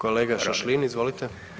Kolega Šašlin, izvolite.